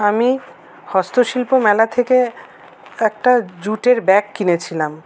আমি হস্তশিল্প মেলা থেকে একটা জুটের ব্যাগ কিনেছিলাম